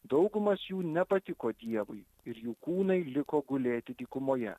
daugumas jų nepatiko dievui ir jų kūnai liko gulėti dykumoje